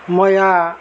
म यहाँ